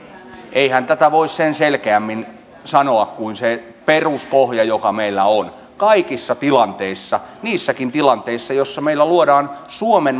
eihän tätä voi sen selkeämmin sanoa kuin että on se peruspohja joka meillä on kaikissa tilanteissa niissäkin tilanteissa joissa meillä luodaan suomen